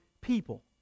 people